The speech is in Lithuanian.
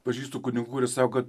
pažįstu kunigų kurie sako kad